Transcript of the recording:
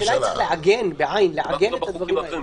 השאלה אם צריך לעגן את זה.